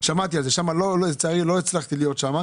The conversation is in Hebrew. לא הצלחתי להיות שם.